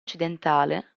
occidentale